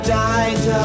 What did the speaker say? died